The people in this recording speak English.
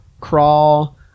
crawl